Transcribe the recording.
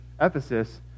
Ephesus